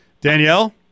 Danielle